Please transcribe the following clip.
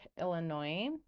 Illinois